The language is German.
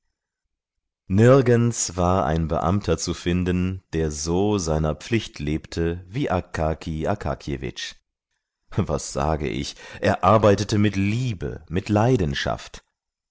nirgends war ein beamter zu finden der so seiner pflicht lebte wie akaki akakjewitsch was sage ich er arbeitete mit liebe mit leidenschaft